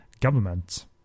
government